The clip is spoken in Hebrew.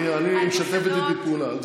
בלי צנזורה.